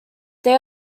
they